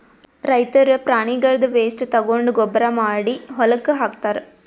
ರೈತರ್ ಪ್ರಾಣಿಗಳ್ದ್ ವೇಸ್ಟ್ ತಗೊಂಡ್ ಗೊಬ್ಬರ್ ಮಾಡಿ ಹೊಲಕ್ಕ್ ಹಾಕ್ತಾರ್